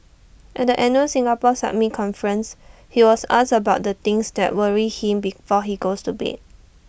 at the annual Singapore summit conference he was asked about the things that worry him before he goes to bed